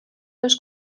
dos